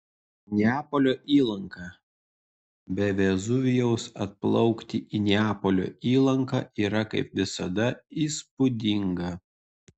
neapolio įlanka be vezuvijaus atplaukti į neapolio įlanką yra kaip visada įspūdinga